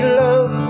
love